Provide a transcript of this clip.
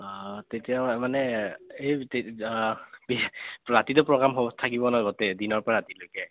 তেতিয়া মানে এই ৰাতিটো প্ৰগ্ৰাম হ'ব থাকিব ন গোটেই দিনৰপৰা ৰাতিলৈকে